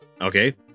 Okay